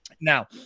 now